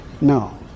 No